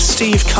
Steve